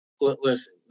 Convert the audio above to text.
Listen